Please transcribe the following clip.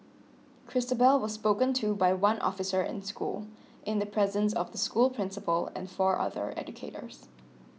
Christabel was spoken to by one officer in school in the presence of the school principal and four other educators